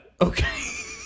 Okay